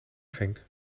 genk